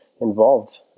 involved